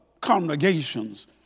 congregations